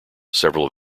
several